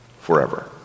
forever